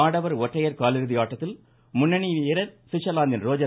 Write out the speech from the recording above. ஆடவர் ஒற்றையர் காலிறுதி ஆட்டத்தில் முன்னணி வீரர் ஸ்விட்சர்லாந்தின் ரோஜர்